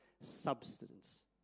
substance